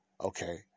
Okay